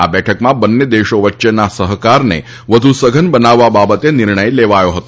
આ બેઠકમાં બંને દેશો વચ્ચેના સહકારને વધુ સઘન બનાવવા બાબતે નિર્ણય લેવાયો હતો